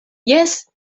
jes